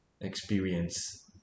experience